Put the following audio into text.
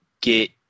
get